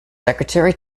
secretary